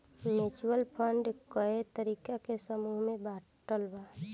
mutual fund कए तरीका के समूह में बाटल बा